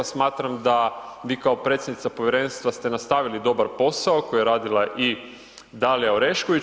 Smatram da vi kao predsjednica Povjerenstva ste nastavili dobar posao koji je radila i Dalija Orešković.